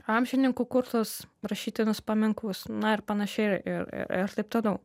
amžininkų kursus rašytinius paminklus na ir panašiai ir ir ir taip toliau